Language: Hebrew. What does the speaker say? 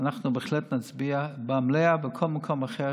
אנחנו בהחלט נצביע במליאה ובכל מקום אחר